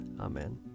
amen